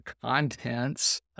contents